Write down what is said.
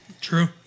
True